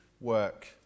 work